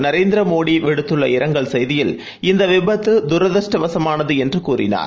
நரேந்திரமோடிவிடுத்துள்ள இரங்கல் செய்தியில் இந்தவிபத்துதரதிருஷ்ட வசமானதுஎன்றுகூறினார்